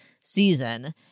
season